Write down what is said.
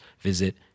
visit